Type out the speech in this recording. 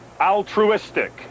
altruistic